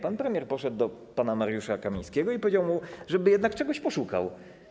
Pan premier poszedł do pana Mariusza Kamińskiego i powiedział mu, żeby jednak czegoś poszukał.